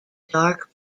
dark